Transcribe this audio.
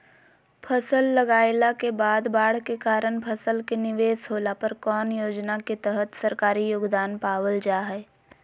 फसल लगाईला के बाद बाढ़ के कारण फसल के निवेस होला पर कौन योजना के तहत सरकारी योगदान पाबल जा हय?